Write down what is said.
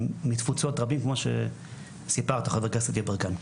מתפוצות רבים, כמו שספרת חבר הכנסת יברקן.